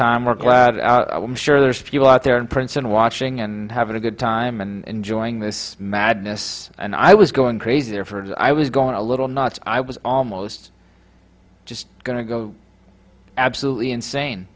time we're glad i'm sure there are people out there in princeton watching and having a good time and joining this madness and i was going crazy there for i was going a little nuts i was almost just going to go absolutely insane